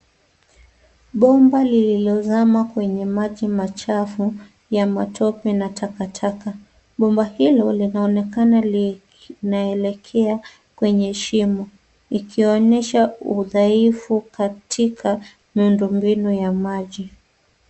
Bomba lililozama kwenye maji machafu, ya matope na takataka. Bomba hilo linaonekana linaelekea kwenye shimo. Likionesha udhaifu katika muundo mbinu ya maji.